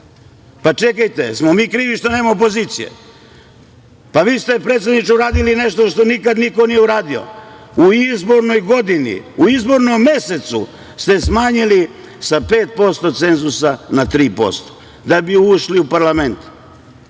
Čekajte, jesmo li mi krivi što nema opozicije? Vi ste, predsedniče, uradili nešto što niko nikad nije uradio. U izbornoj godini, u izbornom mesecu ste smanjili sa 5% cenzusa na 3% da bi ušli u parlament.